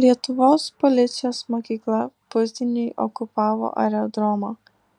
lietuvos policijos mokykla pusdieniui okupavo aerodromą